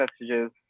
messages